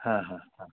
हां हां हां